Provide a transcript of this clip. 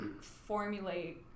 formulate